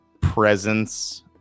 presence